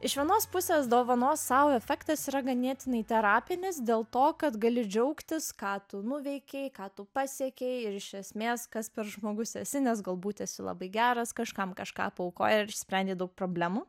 iš vienos pusės dovanos sau efektas yra ganėtinai terapinis dėl to kad gali džiaugtis ką tu nuveikei ką tu pasiekei ir iš esmės kas per žmogus esi nes galbūt esi labai geras kažkam kažką paaukojai ar išsprendei daug problemų